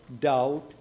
doubt